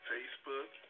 Facebook